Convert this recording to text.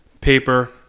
paper